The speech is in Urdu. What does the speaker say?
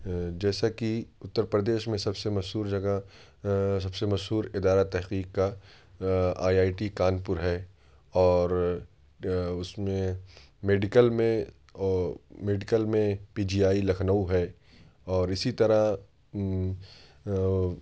جیسا کہ اتر پردیش میں سب سے مشہور جگہ سب سے مشور ادارہ تحقیق کا IIT Kanpur ہے اور اس میں میڈیکل میں میڈیکل میں پی جی آئی لکھنؤ ہے اور اسی طرح